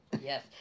yes